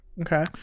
Okay